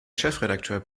chefredakteur